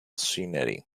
scenery